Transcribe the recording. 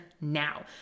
now